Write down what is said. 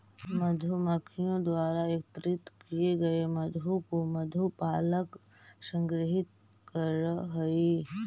मधुमक्खियों द्वारा एकत्रित किए गए मधु को मधु पालक संग्रहित करअ हई